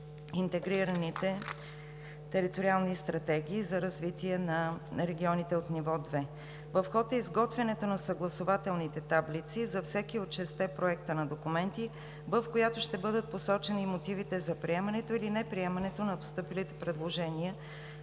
интегрираните териториални стратегии за развитие на регионите от ниво 2. В ход е изготвянето на съгласувателните таблици за всеки от шестте проекта на документи, в която ще бъдат посочени мотивите за приемането или неприемането на постъпилите предложения